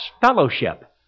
fellowship